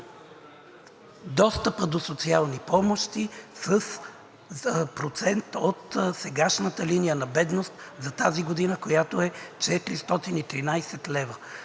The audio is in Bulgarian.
достъпа до социални помощи с процент от сегашната линия на бедност за тази година, която е 413 лв.